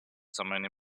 somewhere